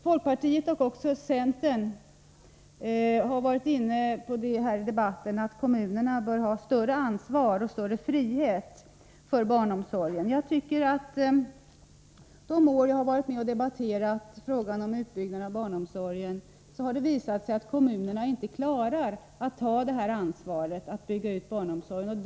Folkpartiet och också centern har i debatten varit inne på att kommunerna bör ha större ansvar och större frihet vad gäller barnomsorgen. De år jag har varit med och debatterat frågan om utbyggnad av barnomsorgen har det visat sig att kommunerna inte klarar att ta ansvar för denna utbyggnad.